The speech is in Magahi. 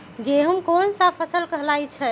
गेहूँ कोन सा फसल कहलाई छई?